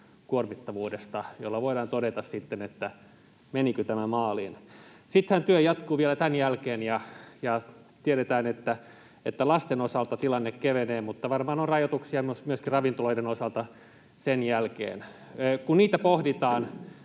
tavoitteet, joilla voidaan todeta sitten, menikö tämä maaliin? Sittenhän työ jatkuu vielä tämän jälkeen, ja tiedetään, että lasten osalta tilanne kevenee, mutta varmaan on rajoituksia myöskin ravintoloiden osalta sen jälkeen. Kun niitä pohditaan,